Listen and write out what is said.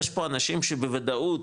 יש פה אנשים שבוודאות